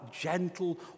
gentle